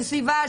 של סביבה,